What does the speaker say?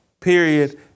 Period